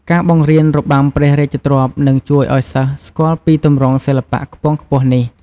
ការបង្រៀនរបាំព្រះរាជទ្រព្យនឹងជួយឱ្យសិស្សស្គាល់ពីទម្រង់សិល្បៈខ្ពង់ខ្ពស់នេះ។